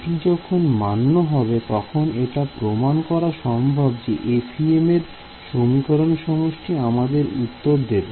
এটি যখন মান্য হবে তখন এটা প্রমাণ করা সম্ভব যে FEM এর সমীকরণ সমষ্টি আমাদের উত্তর দেবে